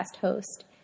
host